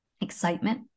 excitement